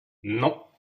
non